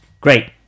Great